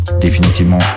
définitivement